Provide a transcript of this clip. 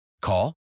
Call